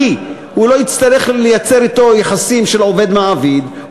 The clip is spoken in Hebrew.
כי הוא לא יצטרך לייצר אתו יחסים של עובד מעביד,